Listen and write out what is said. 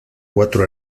cuatro